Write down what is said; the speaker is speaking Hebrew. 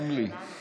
גם לי.